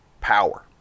power